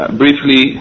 briefly